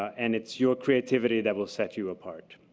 and it's your creativity that will set you apart.